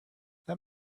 that